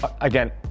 again